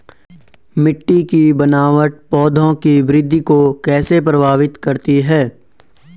मिट्टी की बनावट पौधों की वृद्धि को कैसे प्रभावित करती है?